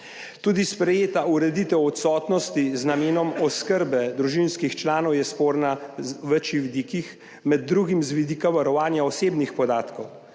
Tudi sprejeta ureditev odsotnosti z namenom oskrbe družinskih članov je sporna z več vidikov, med drugim z vidika varovanja osebnih podatkov.